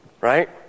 right